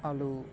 ଆଲୁ